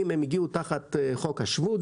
הגיעו תחת חוק השבות,